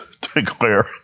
declare